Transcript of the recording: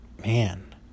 man